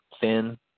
thin